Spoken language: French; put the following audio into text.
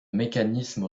mécanisme